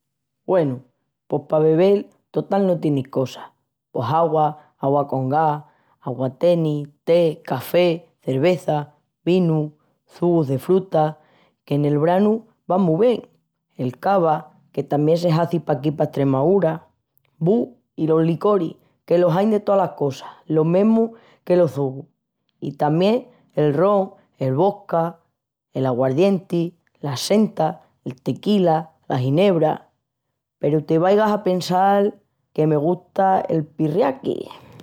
Güenu, pos pa bebel total no tienis cosas. Pos augua, augua con gas, aguatenis, tés, cafés, cervezas, vinus, çugus de frutas, que nel branu van mu bien, el cava, que tamién se hazi paquí pa Estremaúra. Bu, i los licoris que los ain de tolas cosas, lo mesmu que los çugus, i tamién el ron, el vodka l'auguardienti, l'absenta, el tequila, la ginebra... peru te vaigas a pensal que me gusta el pirriaqui!